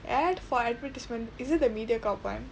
ad for advertisement is it the Mediacorp [one]